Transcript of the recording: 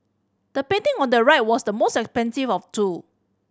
the painting on the right was the most expensive of two